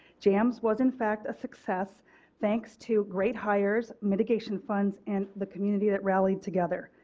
jane addams was in fact a success thanks to great hires, mitigation funds and the community that rally together.